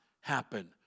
happen